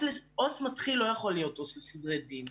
עובדת סוציאלית מתחילה לא יכולה להיות עובדת סוציאלית לסדרי דין,